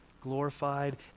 glorified